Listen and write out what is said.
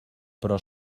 però